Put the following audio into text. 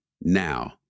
now